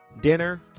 dinner